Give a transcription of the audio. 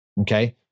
okay